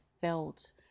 felt